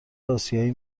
آسیایی